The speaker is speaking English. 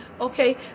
okay